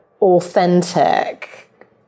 authentic